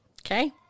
Okay